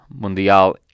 Mundial